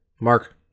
Mark